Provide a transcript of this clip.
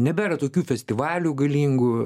nebėra tokių festivalių galingų